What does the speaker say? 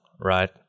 right